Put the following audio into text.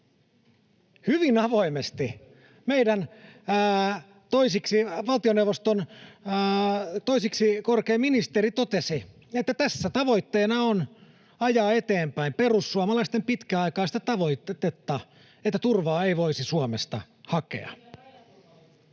Hyvin avoimesti meidän valtioneuvoston toiseksi korkein ministeri totesi, että tässä tavoitteena on ajaa eteenpäin perussuomalaisten pitkäaikaista tavoitetta, että turvaa ei voisi Suomesta hakea.